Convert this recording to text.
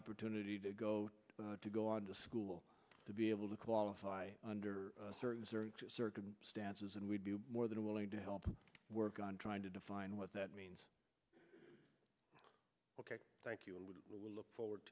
opportunity to go to go on to school to be able to qualify under certain circumstances and we'd be more than willing to help work on trying to define what that means thank you and we will look forward